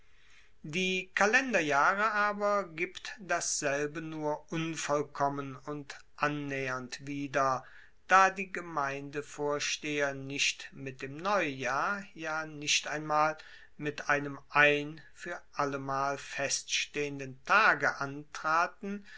die kalenderjahre aber gibt dasselbe nur unvollkommen und annaehernd wieder da die gemeindevorsteher nicht mit dem neujahr ja nicht einmal mit einem ein fuer allemal festgestellten tage antraten